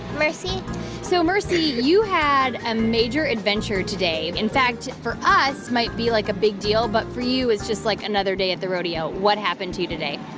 mercy so, mercy, you had a major adventure today in fact, for us, might be, like, a big deal. but for you, it's just, like, another day at the rodeo. what happened to you today?